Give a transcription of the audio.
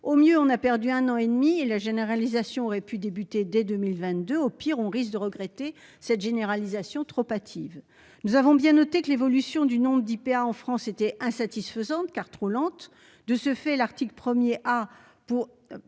au mieux on a perdu un an et demi et la généralisation aurait pu débuter dès 2022 au pire on risque de regretter cette généralisation trop hâtive. Nous avons bien noté que l'évolution du nombre d'IPA en France était insatisfaisante car trop lente. De ce fait l'article 1er,